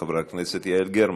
חברת הכנסת יעל גרמן.